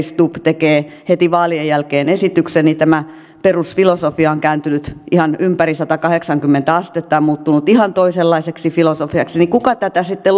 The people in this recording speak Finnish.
stubb tekee heti vaalien jälkeen esityksen tämä perusfilosofia on kääntynyt ihan ympäri satakahdeksankymmentä astetta ja muuttunut ihan toisenlaiseksi filosofiaksi kuka tätä sitten